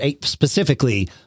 specifically